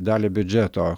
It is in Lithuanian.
dalį biudžeto